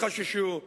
חששו,